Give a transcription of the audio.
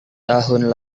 tahun